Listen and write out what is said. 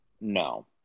No